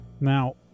Now